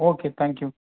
okay thank you